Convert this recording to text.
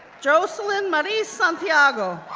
jocelyn maris santiago,